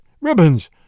ribbons